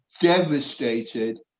devastated